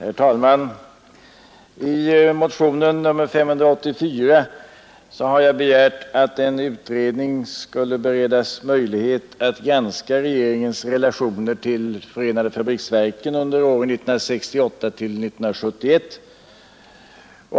Herr talman! I motionen 584 har jag begärt att en utredning skulle beredas möjlighet att granska regeringens relationer till förenade fabriksverken under åren 1968-1971.